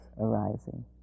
arising